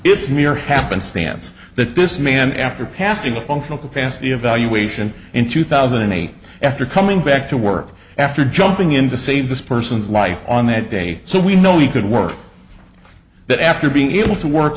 it's mere happenstance that this man after passing a functional capacity evaluation in two thousand and eight after coming back to work after jumping in to save this person's life on that day so we know he could work that after being able to work